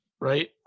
Right